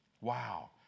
Wow